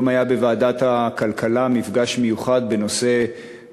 היום היה בוועדת הכלכלה מפגש מיוחד בנושא